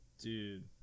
Dude